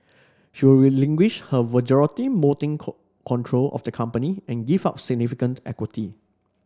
she will relinquish her majority voting con control of the company and give up significant equity